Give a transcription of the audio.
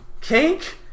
cake